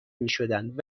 میشدند